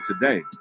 today